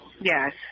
Yes